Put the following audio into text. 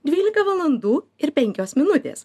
dvylika valandų ir penkios minutės